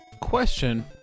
Question